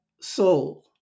soul